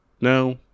No